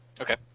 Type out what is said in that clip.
Okay